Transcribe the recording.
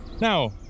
Now